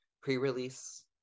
pre-release